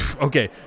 Okay